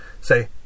say